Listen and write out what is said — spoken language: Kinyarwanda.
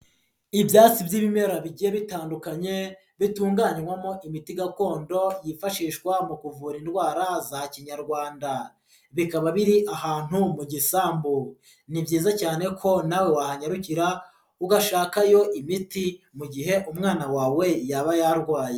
Ibyatsi by'ibimera bigiye bitandukanye, bitunganywamo imiti gakondo yifashishwa mu kuvura indwara za Kinyarwanda, bikaba biri ahantu mu gisambo, ni byiza cyane ko nawe wahanyarukira ugashakayo imiti mu gihe umwana wawe yaba yarwaye.